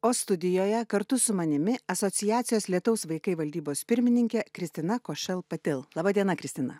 o studijoje kartu su manimi asociacijos lietaus vaikai valdybos pirmininkė kristina košel patil laba diena kristina